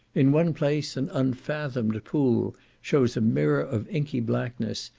in one place an unfathomed pool shows a mirror of inky blackness,